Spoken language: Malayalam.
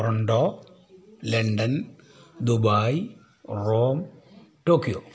Toronto London Dubai Rome Tokyo